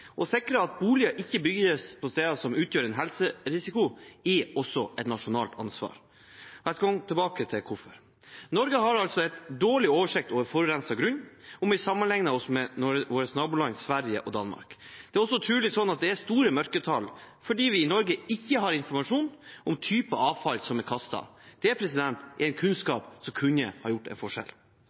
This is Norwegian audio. Å sikre at boliger ikke bygges på steder som utgjør en helserisiko, er også et nasjonalt ansvar. Jeg skal komme tilbake til hvorfor. Norge har altså dårlig oversikt over forurenset grunn om vi sammenligner oss med våre naboland Sverige og Danmark. Det er også trolig store mørketall fordi vi i Norge ikke har informasjon om typer avfall som er kastet. Det er en kunnskap som kunne ha utgjort en forskjell.